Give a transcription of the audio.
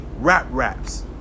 rap-raps